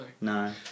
No